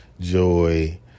joy